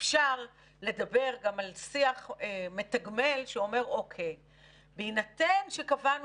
אפשר לדבר גם על שיח מתגמל שאומר שבהינתן שקבענו